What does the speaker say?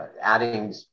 adding